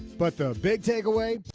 but the big takeaway.